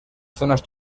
zonas